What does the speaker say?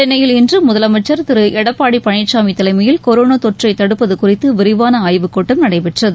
சென்னையில் இன்று முதலமைச்சர் திரு எடப்பாடி பழனிசாமி தலைமையில் கொரோனா தொற்றை தடுப்பது குறித்து விரிவான ஆய்வுக் கூட்டம் நடைபெற்றது